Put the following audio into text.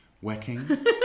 Wetting